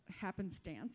happenstance